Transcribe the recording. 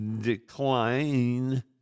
decline